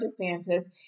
DeSantis